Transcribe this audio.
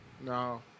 No